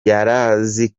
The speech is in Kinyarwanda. yarazi